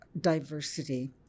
diversity